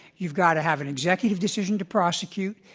you've got to have an executive decision to prosecute.